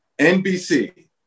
NBC